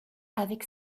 avec